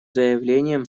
заявлением